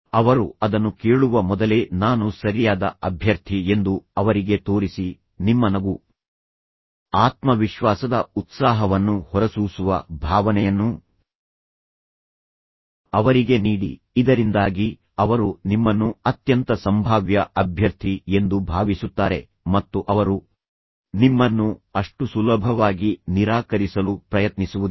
ಅವರು ಅದನ್ನು ಕೇಳುವ ಮೊದಲೇ ನಾನು ಸರಿಯಾದ ಅಭ್ಯರ್ಥಿ ಎಂದು ಅವರಿಗೆ ತೋರಿಸಿ ನಿಮ್ಮ ನಗು ಆತ್ಮವಿಶ್ವಾಸದ ಉತ್ಸಾಹವನ್ನು ಹೊರಸೂಸುವ ಭಾವನೆಯನ್ನು ಅವರಿಗೆ ನೀಡಿ ಇದರಿಂದಾಗಿ ಅವರು ನಿಮ್ಮನ್ನು ಅತ್ಯಂತ ಸಂಭಾವ್ಯ ಅಭ್ಯರ್ಥಿ ಎಂದು ಭಾವಿಸುತ್ತಾರೆ ಮತ್ತು ಅವರು ನಿಮ್ಮನ್ನು ಅಷ್ಟು ಸುಲಭವಾಗಿ ನಿರಾಕರಿಸಲು ಪ್ರಯತ್ನಿಸುವುದಿಲ್ಲ